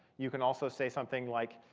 you can also say something like,